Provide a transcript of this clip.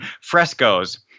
frescoes